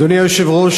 אדוני היושב-ראש,